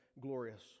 glorious